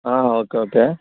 okay okay